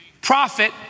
prophet